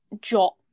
jock